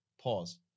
Pause